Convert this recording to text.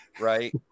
Right